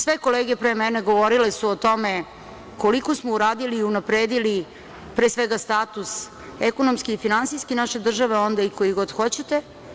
Sve kolege pre mene govorili su o tome koliko smo uradili i unapredili, pre svega status ekonomski i finansijski naše države, onda i koji god hoćete.